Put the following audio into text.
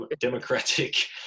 democratic